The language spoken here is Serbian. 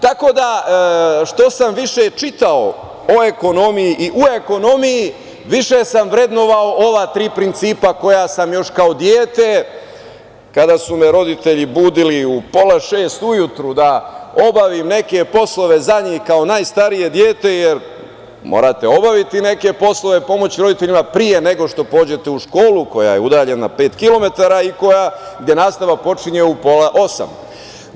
Tako da, što sam više čitao o ekonomiji i u ekonomiji, više sam vrednovao ova tri principa koja sam još kao dete kada su me roditelji budili u pola šest ujutru da obavim neke poslove za njih kao najstarije dete, jer morate obaviti neke poslove, pomoći roditeljima pre nego što pođete u školu koja je udaljena pet kilometara i gde nastava počinje u pola osam.